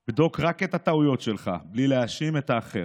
/ בדוק רק את הטעויות שלך בלי להאשים את האחר.